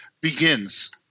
begins